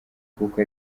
kuko